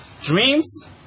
dreams